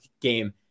game